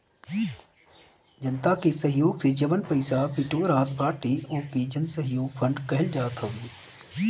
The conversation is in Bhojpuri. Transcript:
जनता के सहयोग से जवन पईसा बिटोरात बाटे ओके जनसहयोग फंड कहल जात हवे